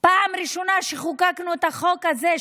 הפעם הראשונה שחוקקנו את החוק הזה,